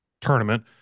tournament